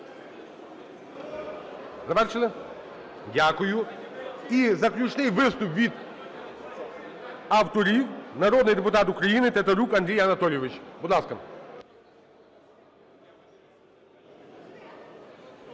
Завершили? Дякую. І заключний виступ від авторів. Народний депутат Тетерук Андрій Анатолійович, будь ласка.